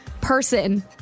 person